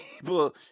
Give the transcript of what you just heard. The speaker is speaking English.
people